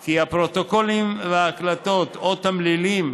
כי הפרוטוקולים וההקלטות, או התמלילים